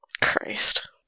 Christ